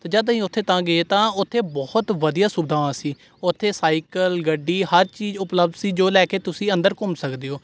ਅਤੇ ਜਦੋਂ ਅਸੀਂ ਉੱਥੇ ਤਾਂ ਗਏ ਤਾਂ ਉੱਥੇ ਬਹੁਤ ਵਧੀਆ ਸੁਵਿਧਾਵਾਂ ਸੀ ਉੱਥੇ ਸਾਈਕਲ ਗੱਡੀ ਹਰ ਚੀਜ਼ ਉਪਲੱਬਧ ਸੀ ਜੋ ਲੈ ਕੇ ਤੁਸੀਂ ਅੰਦਰ ਘੁੰਮ ਸਕਦੇ ਹੋ